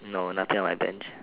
no nothing on my bench